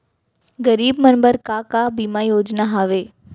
गरीब मन बर का का बीमा योजना हावे?